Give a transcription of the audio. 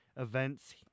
events